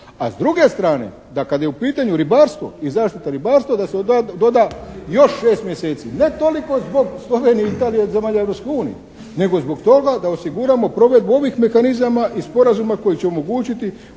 a s druge strane da kad je u pitanju ribarstvo i zaštita ribarstva da se doda još 6 mjeseci. Ne toliko zbog Slovenije i Italije i zemalja Europske unije nego zbog toga da osiguramo provedbu ovih mehanizama i sporazuma koji će omogućiti